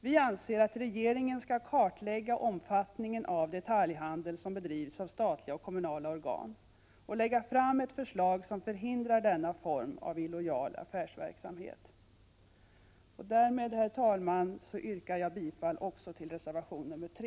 Vi anser att regeringen skall kartlägga omfattningen av detaljhandel som bedrivs av statliga och kommunala organ och lägga fram ett förslag som förhindrar denna form av illojal affärsverksamhet. Därmed, herr talman, yrkar jag bifall också till reservation nr 3.